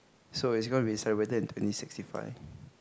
so is it gonna be celebrated in twenty sixty five